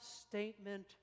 statement